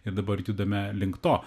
ir dabar judame link to